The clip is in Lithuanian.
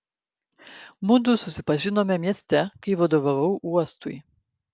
mudu susipažinome mieste kai vadovavau uostui